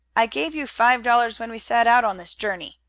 i gave you five dollars when we set out on this journey,